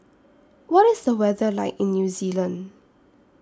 What IS The weather like in New Zealand